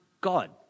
God